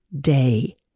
day